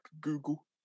Google